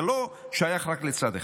זה לא שייך רק לצד אחד,